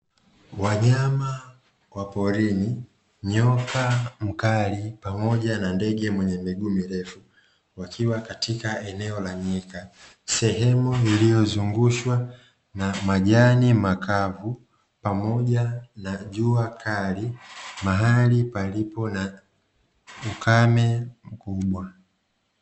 Wanyama wa porini; nyoka mkali pamoja na ndege mwenye miguu mirefu, wakiwa katika eneo la nyika, sehemu iliyozungukwa na majani makavu, pamoja na jua kali, mahali palipo na ukame mkubwa.